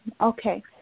Okay